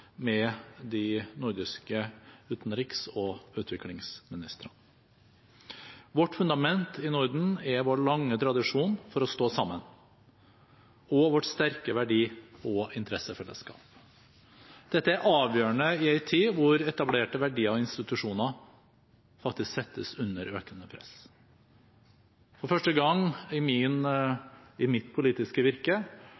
med de nordiske utenriks- og utviklingsministrene. Vårt fundament i Norden er vår lange tradisjon for å stå sammen og vårt sterke verdi- og interessefellesskap. Dette er avgjørende i en tid hvor etablerte verdier og institusjoner settes under økende press. For første gang i